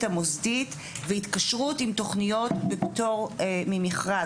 המוסדית והתקשרויות עם תוכניות בפטור ממכרז.